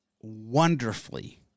wonderfully